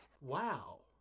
Wow